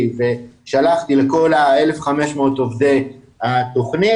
ושלחתי לכל ה-1,500 עובדי התוכנית,